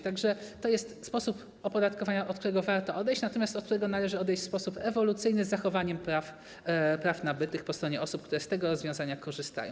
Tak że to jest sposób opodatkowania, od którego warto odejść, natomiast od którego należy odejść w sposób ewolucyjny, z zachowaniem praw nabytych po stronie osób, które z tego rozwiązania korzystają.